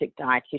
Dietitian